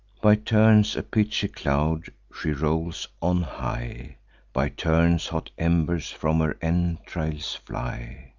by turns a pitchy cloud she rolls on high by turns hot embers from her entrails fly,